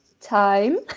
time